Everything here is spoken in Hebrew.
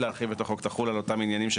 ולא נכללו בהצעה המקורית.